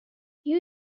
you